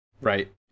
right